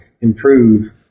improve